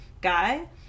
guy